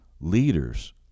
Leaders